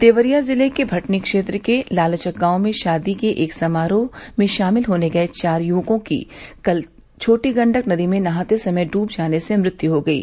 देवरिया जिले के भटनी क्षेत्र के लालचक गांव में शादी के एक समारोह में शामिल होने गये चार युवकों की कल छोटी गण्डक नदी में नहाते समय डूब जाने से मृत्यु हो गयी